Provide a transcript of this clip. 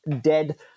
dead